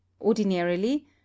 Ordinarily